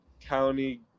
county